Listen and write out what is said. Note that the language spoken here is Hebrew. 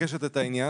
שמבקשת את העניין.